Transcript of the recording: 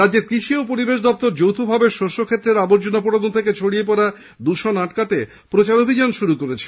রাজ্যের কৃষি ও পরিবেশ দপ্তর যৌথভাবে শস্যক্ষেত্রের আবর্জনা পোড়ানো থেকে ছড়িয়ে পড়া দৃষণ আটকাতে প্রচারাভিযান শুরু করছে